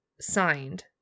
signed